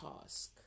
task